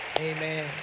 amen